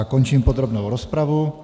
Končím podrobnou rozpravu.